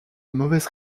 mauvaise